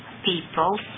people